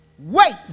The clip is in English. Wait